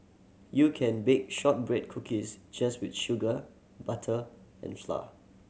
you can bake shortbread cookies just with sugar butter and flour